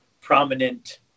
prominent